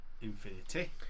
infinity